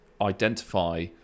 identify